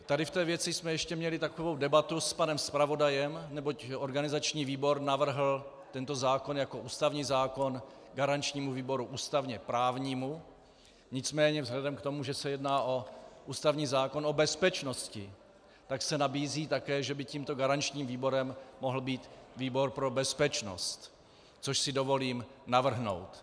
Tady v té věci jsme ještě měli takovou debatu s panem zpravodajem, neboť organizační výbor navrhl tento zákon jako ústavní výbor garančnímu výboru ústavněprávnímu, nicméně vzhledem k tomu, že se jedná o ústavní zákon o bezpečnosti, tak se nabízí také, že by tímto garančním výborem mohl být výbor pro bezpečnost, což si dovolím navrhnout.